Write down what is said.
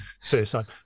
suicide